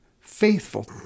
faithful